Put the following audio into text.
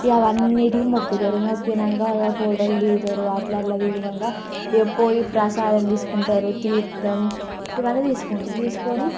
ఇక అవన్నింటికి మొక్కుతారు మొక్కాక ఇక ఫోటోలు దిగుతారు అట్లా అట్లా దిగాక ఇక పోయి ప్రసాదం తీసుకుంటారు తీర్ధం ఇవన్నీ తీసుకుంటారు తీసుకొని